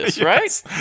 right